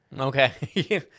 Okay